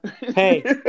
Hey